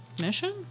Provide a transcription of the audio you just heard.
Mission